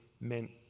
meant